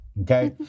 Okay